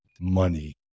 money